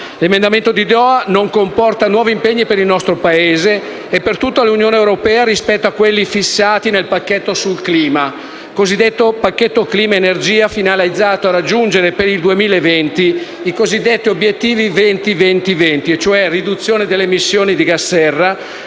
L'emendamento di Doha non comporta nuovi impegni per il nostro Paese né per tutta l'Unione europea rispetto a quelli fissati nel pacchetto sul clima, cosiddetto Pacchetto clima-energia, finalizzato a raggiungere entro il 2020 i cosiddetti obiettivi 20-20-20, cioè riduzione delle emissioni di gas sera,